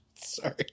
Sorry